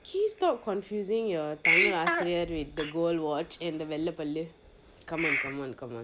can you stop confusing your tamil ஆசிரியர்:aasiriyar with the gold watch and the வெள்ளப்பல்லு:vellappallu come on come on come on